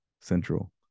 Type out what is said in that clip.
Central